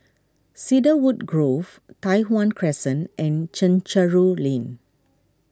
Cedarwood Grove Tai Hwan Crescent and Chencharu Lane